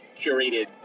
curated